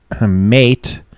mate